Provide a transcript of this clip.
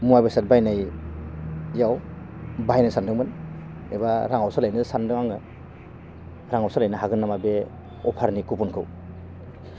मुवा बेसाद बायनायाव बाहायनो सानदोंमोन एबा राङाव सोलायनो सान्दों आङो राङाव सोलायनो हागोन नामा बे अफारनि कुपनखौ